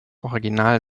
original